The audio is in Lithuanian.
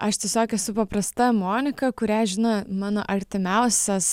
aš tiesiog esu paprasta monika kurią žino mano artimiausias